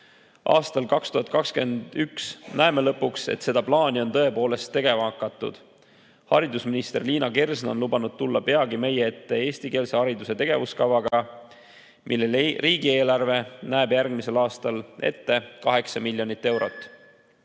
Aastal 2021 näeme lõpuks, et seda plaani on tõepoolest tegema hakatud. Haridusminister Liina Kersna on lubanud tulla peagi meie ette eestikeelse hariduse tegevuskavaga, milleks riigieelarve näeb järgmisel aastal ette 8 miljonit eurot. Palun